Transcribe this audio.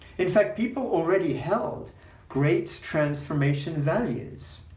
in fact, people already held great transformation values.